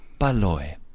Baloy